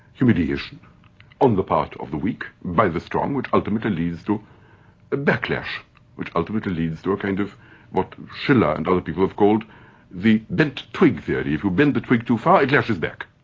humiliation on the part of the weak by the strong which ultimately leads to a backlash which ultimately leads to a kind of what schiller and other people have called the bent twig theory. if you bend the twig too far, it lashes back.